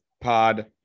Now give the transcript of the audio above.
pod